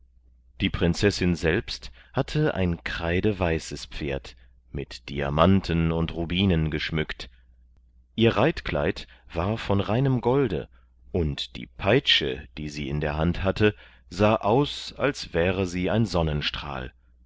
die prinzessin selbst hatte ein kreideweißes pferd mit diamanten und rubinen geschmückt ihr reitkleid war von reinem golde und die peitsche die sie in der hand hatte sah aus als wäre sie ein sonnenstrahl